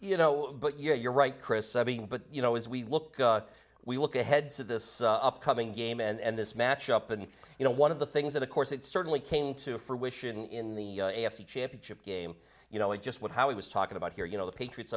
you know but you're right chris but you know as we look we look ahead to this upcoming game and this match up and you know one of the things that of course it certainly came to fruition in the a f c championship game you know i just would how he was talking about here you know the patriots